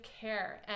care